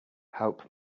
help